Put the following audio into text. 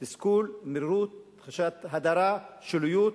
תסכול, מרירות, תחושת הדרה, שוליות.